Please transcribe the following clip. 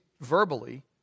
verbally